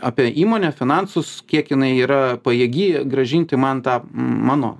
apie įmonę finansus kiek jinai yra pajėgi grąžinti man tą mano